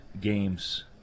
games